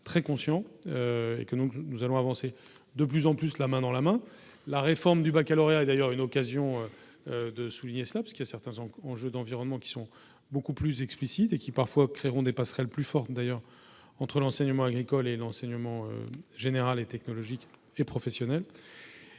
très conscients, et que donc nous allons avancer de plus en plus la main dans la main, la réforme du Baccalauréat et d'ailleurs, une occasion de souligner cela, parce qu'il y a certains en en jeu d'environnement qui sont beaucoup plus explicites et qui parfois créeront des passerelles plus forte d'ailleurs entre l'enseignement agricole et l'enseignement général et technologique et professionnel,